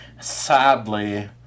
sadly